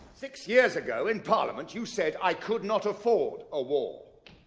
six years ago in parliament you said i could not afford a war.